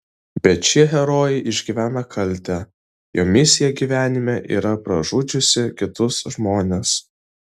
bet šie herojai išgyvena kaltę jo misija gyvenime yra pražudžiusi kitus žmones